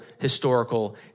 historical